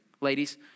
ladies